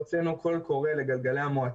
הוצאנו קול קורא למועצות,